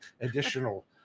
additional